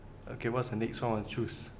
okay what's the next one on choose